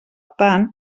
tant